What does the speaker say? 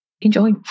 Enjoy